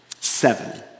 Seven